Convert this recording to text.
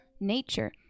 nature